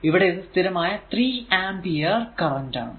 ഇവിടെ ഇത് സ്ഥിരമായ 3 ആംപിയർ ആണ്